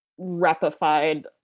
repified